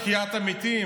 מה, עשית תחיית המתים?